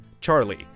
Charlie